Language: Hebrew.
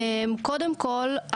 קודם כול,